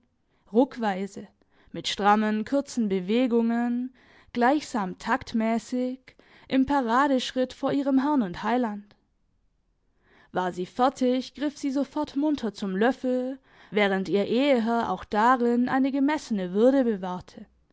ruckweise mit strammen kurzen bewegungen gleichsam taktmässig im paradeschritt vor ihrem herrn und heiland war sie fertig griff sie sofort munter zum löffel während ihr eheherr auch darin eine gemessene würde bewahrte